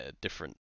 different